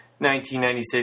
1996